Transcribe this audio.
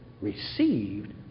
received